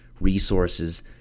resources